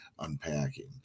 unpacking